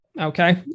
Okay